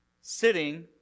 sitting